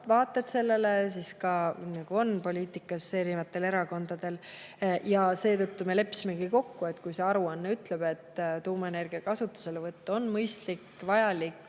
vaated sellele, nagu ikka poliitikas erinevatel erakondadel. Ja seetõttu me leppisimegi kokku, et kui see aruanne ütleb, et tuumaenergia kasutuselevõtt on mõistlik, vajalik